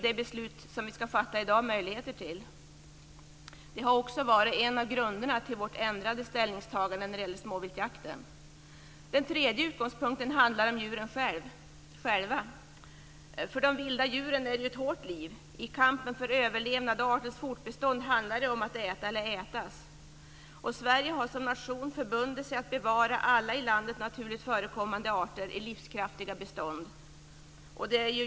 Det beslut som vi ska fatta i dag ger ju möjligheter till det. Det har också varit en av grunderna till vårt ändrade ställningstagande när det gäller småviltsjakten. Den tredje utgångspunkten handlar om djuren själva. Det är ett hårt liv för de vilda djuren. I kampen för överlevnad och artens fortbestånd handlar det om att äta eller ätas. Sverige har som nation förbundit sig att bevara alla i landet naturligt förekommande arter i livskraftiga bestånd.